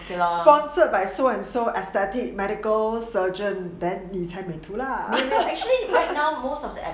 sponsor by so and so aesthetic medical surgeon then 你才美图啦